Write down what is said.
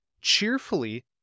cheerfully